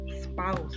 spouse